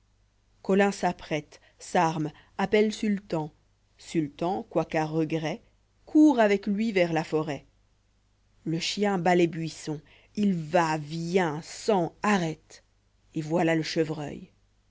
colin s'apprête arme appelle sultan sultan quoiqu'à regret court avec lui vers là forêt le chien bat les buissons il va vient sent arrête et voilà le chevreuil